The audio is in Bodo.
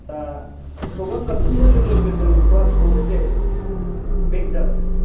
दा प्रग्राम जाबसिन्नाय लोगो लोगो जों क्लासखौ एसे बेक जाबाय